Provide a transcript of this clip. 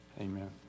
amen